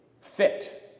Fit